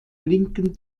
linken